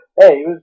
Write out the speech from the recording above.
Hey